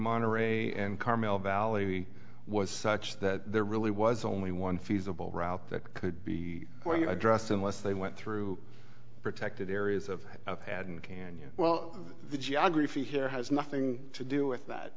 monterey and carmel valley was such that there really was only one feasible route that could be going to address unless they went through protected areas of haddon canyon well the geography here has nothing to do with that